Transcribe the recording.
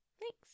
Thanks